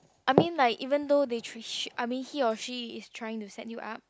I mean like even though they tr~ I mean he or she is trying to set you up